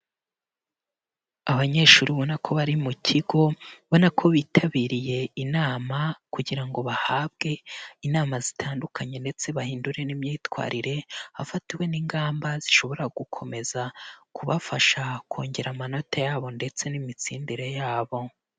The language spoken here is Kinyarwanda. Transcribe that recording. Abanyeshuri ubona ko bari mu kigo bana ko bitabiriye inama kugira ngo bahabwe inama zitandukanye ndetse bahindure n'imyitwarire hafatwe n'ingamba zishobora gukomeza kubafasha kongera amanota yabo ndetse n'imitsindire yabo.